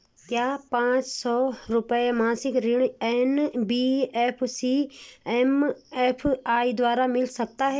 क्या पांच सौ रुपए मासिक ऋण एन.बी.एफ.सी एम.एफ.आई द्वारा मिल सकता है?